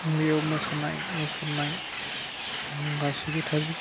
बेयाव मोसानाय मुसुरनाय गासैबो थाजोबो